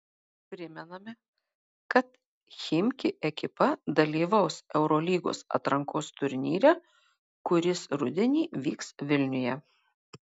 primename kad chimki ekipa dalyvaus eurolygos atrankos turnyre kuris rudenį vyks vilniuje